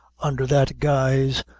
under that guise,